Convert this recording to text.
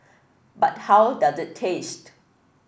but how does it taste